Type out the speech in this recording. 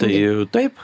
tai taip